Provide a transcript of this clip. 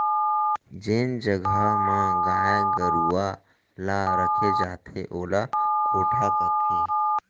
जेन जघा म गाय गरूवा ल रखे जाथे ओला कोठा कथें